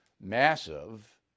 massive